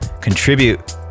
contribute